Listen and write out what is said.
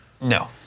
No